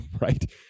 right